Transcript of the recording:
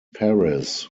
paris